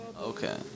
Okay